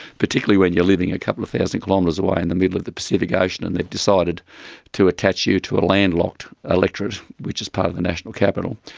particularly when you are living a couple of thousand kilometres away in the middle of the pacific ocean and they've decided to attach you to a landlocked electorate which is part of the national capital.